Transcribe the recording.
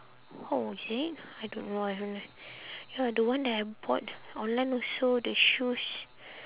oh is it I don't know I don't know ya the one that I bought online also the shoes